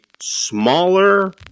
smaller